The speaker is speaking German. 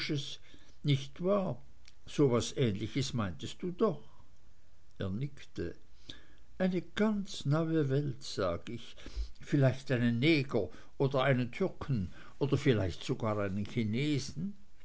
nicht wahr so was ähnliches meintest du doch er nickte eine ganz neue welt sag ich vielleicht einen neger oder einen türken oder vielleicht sogar einen chinesen